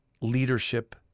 leadership